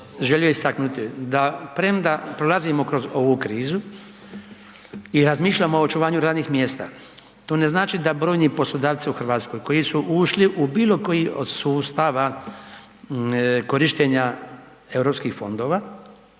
želio istaknuti, da premda prolazimo kroz ovu krizu i razmišljamo o očuvanju radnih mjesta, to ne znači da brojni poslodavci u Hrvatskoj koji su ušli u bilokoji od sustava korištenja europskih fondova